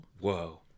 Whoa